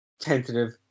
tentative